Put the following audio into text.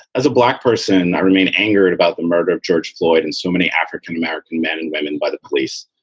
as a black person, i remain angered about the murder of church floyd and so many african-american men and women by the police.